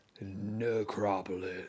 necropolis